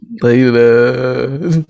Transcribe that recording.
Later